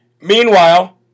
Meanwhile